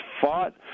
fought